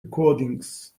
recordings